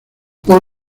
por